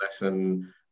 lesson